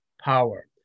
power